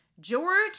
George